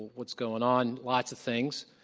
what's going on? lots of things.